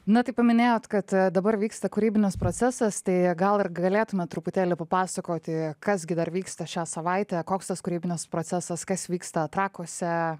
na tai paminėjot kad dabar vyksta kūrybinis procesas tai gal ir galėtumėt truputėlį papasakoti kas gi dar vyksta šią savaitę koks tas kūrybinis procesas kas vyksta trakuose